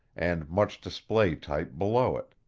and much display type below it.